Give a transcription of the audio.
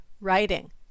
writing